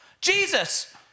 Jesus